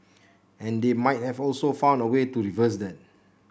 and they might have also found a way to reverse that